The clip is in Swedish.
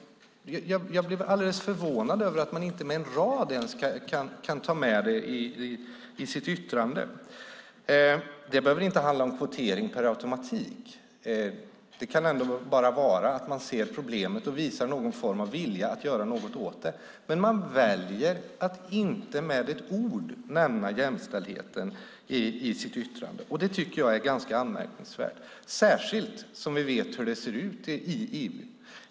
Jag blir förvånad över att man inte kan ta med åtminstone en rad om det i sitt yttrande. Det behöver inte per automatik handla om kvotering, utan det kan handla om att man ser problemet och visar någon form av vilja att göra något åt det. Man väljer dock att inte med ett ord nämna jämställdheten i sitt yttrande. Det tycker jag är ganska anmärkningsvärt, särskilt som vi vet hur det ser ut i EU.